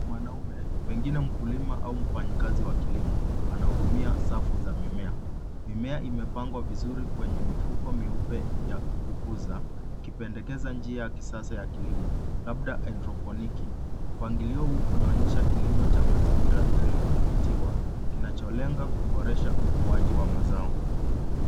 Mwanaume, pengine mkulima au mfanyakazi wa kilimo, anahudumia safu za mimea. Mimea imepangwa vizuri kwenye mifuko myeupe ya kukuza, ikipendekeza njia ya kisasa ya kilimo, labda haidroponiki. Mpangilio huu unaonyesha kilimo cha mazingira yaliyodhibitiwa, kinacholenga kuboresha ukuaji wa mazao.